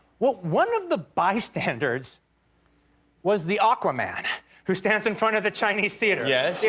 well, one of the bystanders was the aquaman who stands in front of the chinese theater. yeah yeah